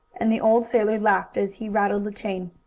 and the old sailor laughed as he rattled the chain.